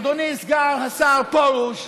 אדוני סגן השר פרוש,